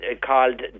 called